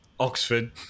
Oxford